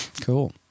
Cool